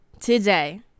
today